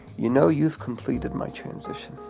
you know you've completed my transition.